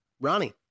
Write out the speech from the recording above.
Ronnie